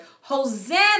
Hosanna